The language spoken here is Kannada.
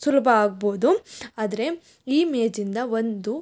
ಸುಲಭ ಆಗ್ಬೋದು ಆದರೆ ಈ ಮೇಜಿಂದ ಒಂದು